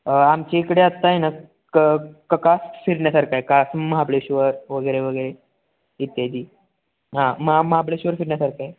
आमच्या इकडे आत्ता आहे ना क कका फिरण्यासारखं आहे कास महाबळेश्वर वगैरे वगैरे इत्यादी हां महा महाबळेश्वर फिरण्यासारखं आहे